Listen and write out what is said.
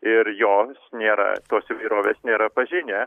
ir joms nėra tos įvairovės nėra pažinę